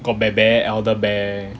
got bear bear elder bear